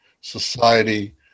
society